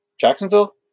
jacksonville